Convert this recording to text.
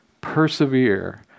persevere